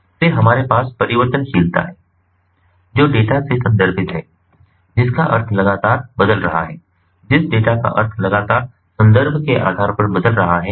फिर हमारे पास परिवर्तनशीलता है जो डेटा से संदर्भित है जिसका अर्थ लगातार बदल रहा है जिस डेटा का अर्थ लगातार संदर्भ के आधार पर बदल रहा है